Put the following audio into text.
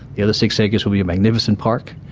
the other six acres will be a magnificent park.